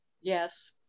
Yes